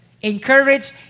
encourage